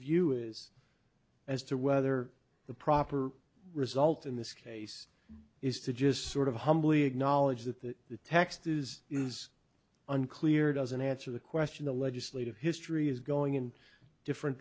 view is as to whether the proper result in this case is to just sort of humbly acknowledge that the text is is unclear doesn't answer the question the legislative history is going in different